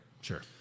Sure